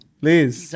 please